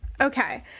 Okay